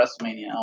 WrestleMania